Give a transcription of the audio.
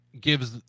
gives